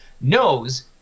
knows